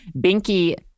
binky